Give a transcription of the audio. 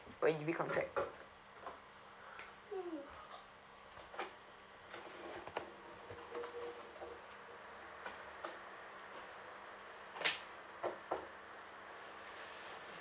when you recontract